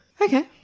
Okay